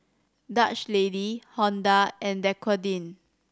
Dutch Lady Honda and Dequadin